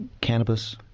cannabis